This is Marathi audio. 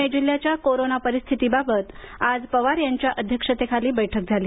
पुणे जिल्ह्याच्या कोरोना परिस्थितीबाबत आज पवार यांच्या अध्यक्षतेखाली बैठक झाली